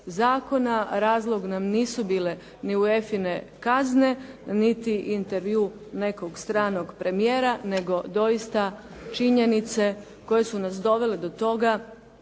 zakona razlog nam nisu bile ni UEFA-ine kazne, niti intervju nekog stranog premijera, nego doista činjenice koje su nas dovele do toga